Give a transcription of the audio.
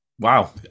Wow